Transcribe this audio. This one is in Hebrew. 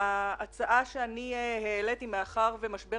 ההצעה שאני העליתי, מאחר ומשבר